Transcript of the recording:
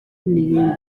n’ibindi